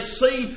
see